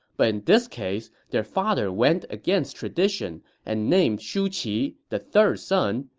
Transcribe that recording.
but in this case, their father went against tradition and named shu qi, the third son,